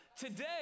Today